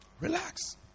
Relax